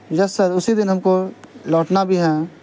یس sir اسی دن ہم کو لوٹنا بھی ہے